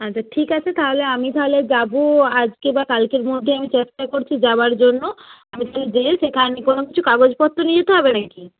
আচ্ছা ঠিক আছে তাহলে আমি তাহলে যাব আজকে বা কালকের মধ্যে আমি চেষ্টা করছি যাবার জন্য আমি যেয়েই সেখানে কোনো কিছু কাগজপত্র নিয়ে যেতে হবে না কি